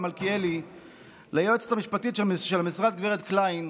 מלכיאלי ליועצת המשפטית של המשרד הגב' קליין